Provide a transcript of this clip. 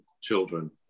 children